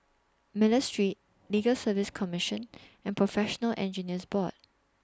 Miller Street Legal Service Commission and Professional Engineers Board